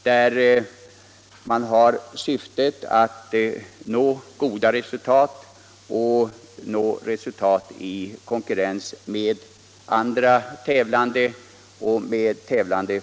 Här är syftet att nå goda resultat i konkurrens med andra tävlande.